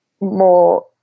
more